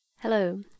Hello